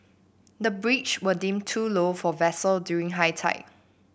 the bridge were deemed too low for vessel during high tide